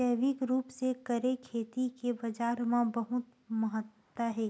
जैविक रूप से करे खेती के बाजार मा बहुत महत्ता हे